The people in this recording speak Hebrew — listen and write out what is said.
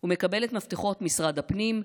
ומקבל את מפתחות משרד הפנים,